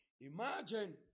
Imagine